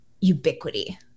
ubiquity